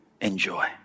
Enjoy